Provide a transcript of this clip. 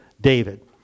David